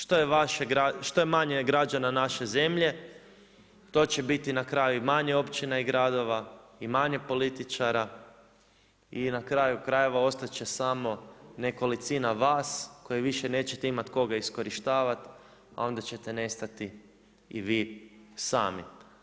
Što je manje građana naše zemlje to će biti na kraju i manje općina i gradova, i manje političara i na kraju krajeva ostat će samo nekolicina vas koji više nećete imati koga iskorištavati, a onda ćete nestati i vi sami.